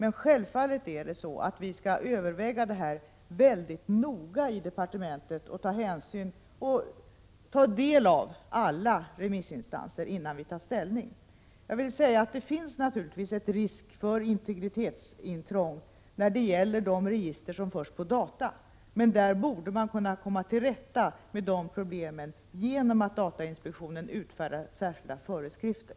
Vi skall självfallet överväga detta mycket noga i departementet och ta del av alla remissinstanser innan vi tar ställning. Det finns naturligtvis en risk för integritetsintrång när det gäller de register som förs på data, men där borde man kunna komma till rätta med problemen genom att datainspektionen utfärdar särskilda föreskrifter.